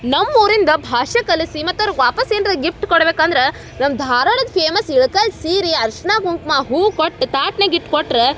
ನಮ್ಮ ಊರಿಂದ ಭಾಷೆ ಕಲಿಸಿ ಮತ್ತು ಅವ್ರ್ಗೆ ವಾಪಸ್ಸು ಏನಾರ ಗಿಫ್ಟ್ ಕೊಡ್ಬೇಕು ಅಂದ್ರೆ ನಮ್ಮ ಧಾರ್ವಾಡದ ಫೇಮಸ್ ಇಳಕಲ್ ಸೀರೆ ಅರಿಶ್ಣ ಕುಂಕುಮ ಹೂ ಕೊಟ್ಟು ತಾಟ್ನಾಗ್ ಇಟ್ಟು ಕೊಟ್ರ